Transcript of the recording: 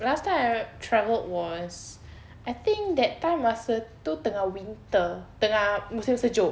last time I travelled was I think that time masa tu tengah winter tengah musim sejuk